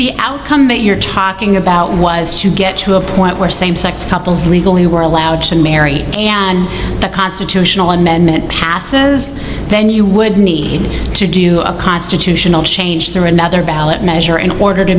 the outcome that you're talking about was to get to a point where same sex couples legally were allowed to marry and the constitutional amendment passes then you would need to do a constitutional change to another ballot measure in order to